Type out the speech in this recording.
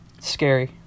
Scary